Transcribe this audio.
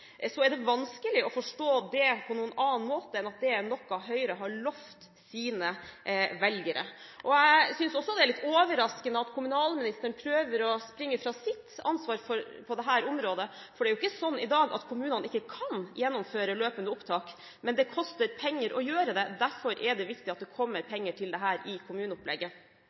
er det vanskelig å forstå det på noen annen måte enn at det er noe Høyre har lovt sine velgere. Jeg synes også det er litt overraskende at kommunalministeren prøver å springe fra sitt ansvar på dette området, for det er jo ikke slik i dag at kommunene ikke kan gjennomføre løpende opptak, men det koster penger å gjøre det. Derfor er det viktig at det kommer penger til dette i kommuneopplegget.